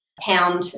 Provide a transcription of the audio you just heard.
pound